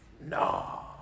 No